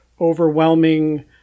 overwhelming